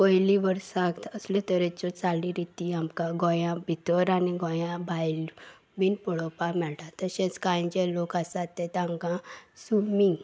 पयली वर्साक असले तरेच्यो चाली रिती आमकां गोंया भितर आनी गोंया भायर बीन पळोवपाक मेळटा तशेंच कांय जे लोक आसात ते तांकां स्विमींग